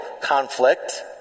conflict